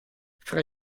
fra